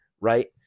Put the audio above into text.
right